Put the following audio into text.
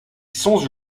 songe